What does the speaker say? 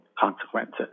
consequences